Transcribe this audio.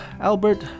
Albert